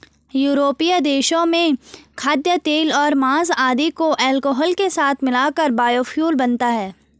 यूरोपीय देशों में खाद्यतेल और माँस आदि को अल्कोहल के साथ मिलाकर बायोफ्यूल बनता है